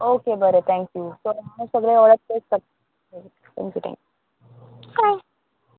okay बरें thank you so हांव सगळें ऑडर प्लेस करता थँक्यू थँक्यू बाय